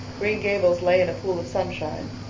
green gables lay in a pool of sunshine,